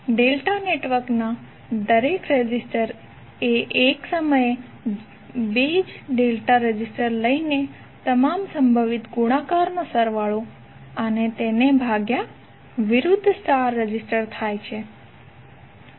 delta નેટવર્કના દરેક resistor એ એક સમયે 2 જ ડેલ્ટા રેઝિસ્ટર લઇને તમામ સંભવિત ગુણાકારનો સરવાળો અને તેને ભાગ્યા વિરુદ્ધ સ્ટાર રેઝિસ્ટર થાય છે